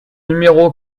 numéro